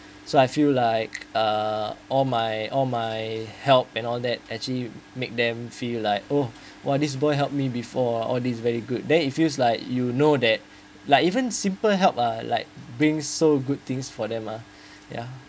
so I feel like uh all my all my help and all that actually make them feel like oh !wah! this boy helped me before uh all these very good then it feels like you know that like even simple help uh like being so good things for them uh ya